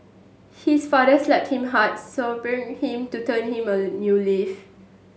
his father slapped him hard spurring him to turn him a new leaf